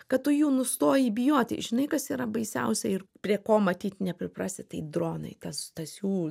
kad tu jų nustoji bijoti žinai kas yra baisiausia ir prie ko matyt nepriprasi tai dronai tas tas jų